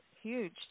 huge